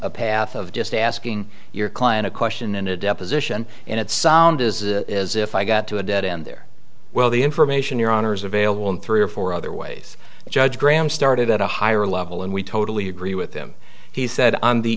a path of just asking your client a question in a deposition and it sound is as if i got to a dead end there well the information your honour's available in three or four other ways judge graham started at a higher level and we totally agree with him he said on the